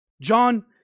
John